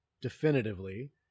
definitively